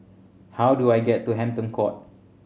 how do I get to Hampton Court